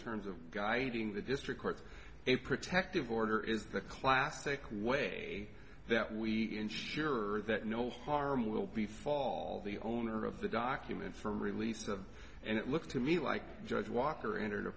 terms of guiding the district court a protective order is the classic way that we ensure that no harm will be fall the owner of the documents from release them and it looks to me like judge walker